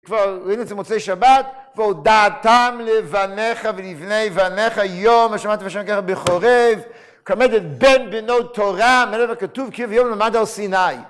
כבר ראינו את זה מוצאי שבת, והודעתם לבניך ולבני בניך יום, השמעתם ושמעתם ככה בכורי, כבד בן בנות תורה, מלא וכתוב כי היום למד על סיני.